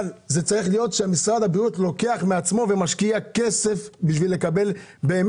משרד הבריאות צריך להשקיע כסף בשביל לעשות מחקרים.